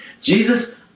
Jesus